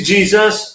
Jesus